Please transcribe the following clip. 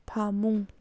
ꯐꯃꯨꯡ